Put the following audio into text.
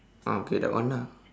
ah okay that one ah